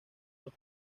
los